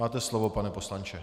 Máte slovo, pane poslanče.